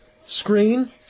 screen